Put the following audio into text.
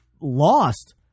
lost